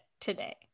today